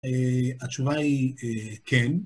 התשובה היא כן.